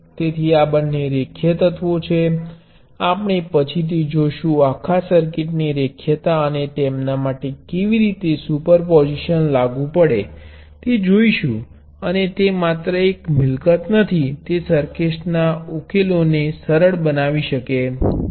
તેથી આ બંને રેખીય એલિમેન્ટો છે આપણે પછીથી જોશું આખા સર્કિટ્સની રેખીયતા અને તેમના માટે કેવી રીતે સુપર પોઝિશન લાગુ પડે છે તે જોશું અને તે માત્ર એક મિલકત નથી જે સર્કિટના ઉકેલો ને સરળ બનાવી શકે છે